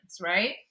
right